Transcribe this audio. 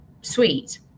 suite